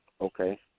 okay